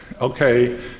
okay